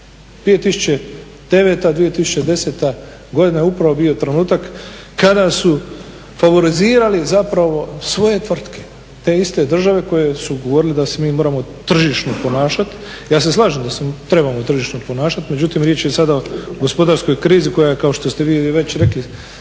2009., 2010. godina je upravo bio trenutak kada su favorizirali zapravo svoje tvrtke te iste države koje su govorili da se mi moramo tržišno ponašati. Ja se slažem da se trebamo tržišno ponašati međutim riječ je sada o gospodarskoj krizi koja je kao što ste vi već rekli